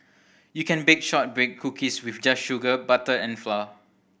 you can bake shortbread cookies with just sugar butter and flour